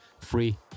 free